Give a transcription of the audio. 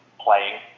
playing